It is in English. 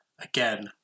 again